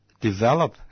develop